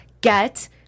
get